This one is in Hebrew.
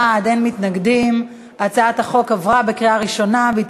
(ייצוג אסירים בהליכי הפרדה),